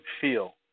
feel